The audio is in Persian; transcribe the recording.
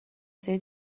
سری